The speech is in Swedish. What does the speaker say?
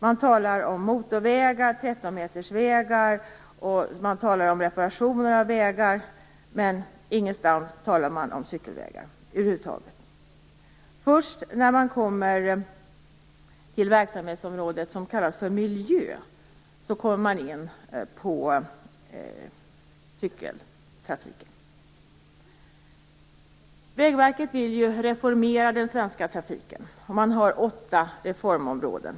Man talar om motorvägar, 13-metersvägar och vägreparationer, men över huvud taget ingenstans talar man om cykelvägar. Först på det verksamhetsområde som kallas miljö kommer cykeltrafiken in. Vägverket vill ju reformera den svenska trafiken, och man har då åtta reformområden.